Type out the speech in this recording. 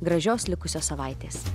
gražios likusios savaitės